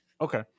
Okay